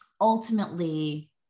ultimately